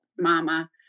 mama